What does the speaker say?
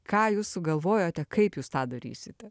ką jūs sugalvojote kaip jūs tą darysite